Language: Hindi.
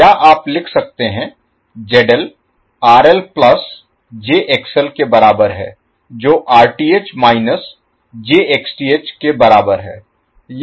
या आप लिख सकते हैं ZL RL प्लस jXL के बराबर है जो Rth माइनस jXth के बराबर है